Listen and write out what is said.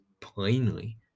plainly